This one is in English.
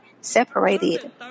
separated